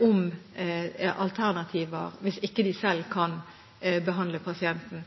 om alternativer hvis det ikke selv kan behandle pasienten.